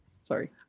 Sorry